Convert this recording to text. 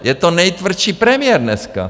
Je to nejtvrdší premiér dneska.